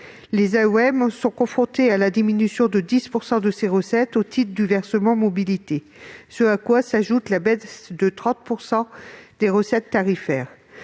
Les AOM sont confrontées à une diminution de 10 % de leurs recettes au titre du versement mobilité, en plus de la baisse de 30 % des recettes tarifaires.